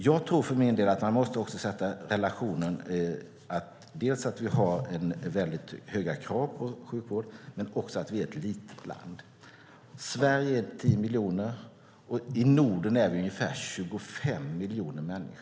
Jag tror för min del att vi också måste se på relationen att vi har väldigt höga krav på sjukvård och att vi är ett litet land. Sverige har 10 miljoner invånare. I Norden är vi ungefär 25 miljoner.